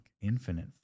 infinite